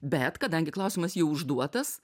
bet kadangi klausimas jau užduotas